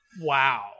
Wow